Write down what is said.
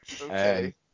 Okay